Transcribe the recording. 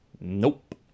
Nope